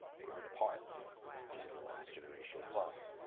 grown apart in the last generation plus.